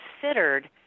considered